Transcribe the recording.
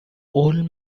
old